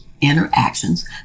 interactions